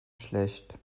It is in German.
schlecht